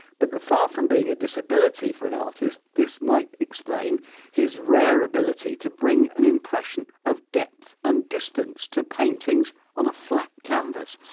but that far from being a disability for an artist this might explain his rare ability to bring an impression or depth and distance to paintings on a flat canvas.